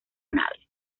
naves